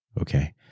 Okay